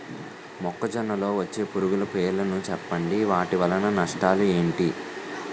మొక్కజొన్న లో వచ్చే పురుగుల పేర్లను చెప్పండి? వాటి వల్ల నష్టాలు ఎంటి?